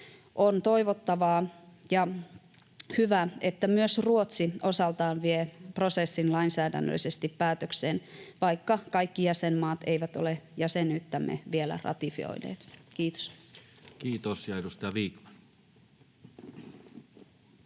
On toivottavaa ja hyvä, että myös Ruotsi osaltaan vie prosessin lainsäädännöllisesti päätökseen, vaikka kaikki jäsenmaat eivät ole jäsenyyttämme vielä ratifioineet. — Kiitos. [Speech 111]